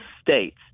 states